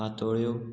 पातोळ्यो